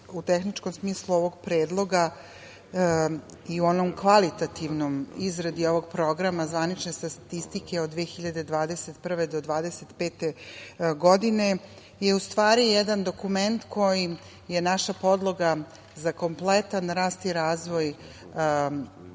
u tehničkom smislu ovog predloga i u onom kvalitativnom, izradi ovog programa zvanične statistike od 2021. do 2025. godine, je u stvari jedan dokument kojim je naša podloga za kompletan rast i razvoj